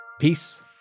Peace